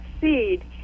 seed